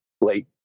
late